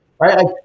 right